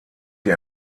die